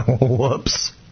Whoops